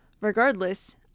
regardless